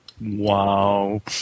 wow